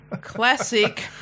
Classic